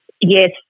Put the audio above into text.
Yes